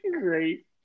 great